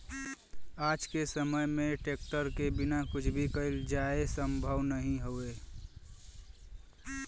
आज के समय में ट्रेक्टर के बिना कुछ भी कईल जाये संभव नाही हउवे